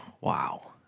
Wow